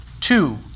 Two